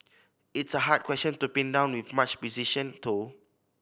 it's a hard question to pin down with much precision though